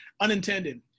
unintended